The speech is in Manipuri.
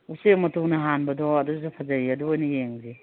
ꯎꯆꯦꯛ ꯃꯇꯨꯅ ꯍꯥꯟꯕꯗꯣ ꯑꯗꯨꯁꯨ ꯐꯖꯩꯌꯦ ꯑꯗꯨ ꯑꯣꯏꯅ ꯌꯦꯡꯁꯤ